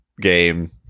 game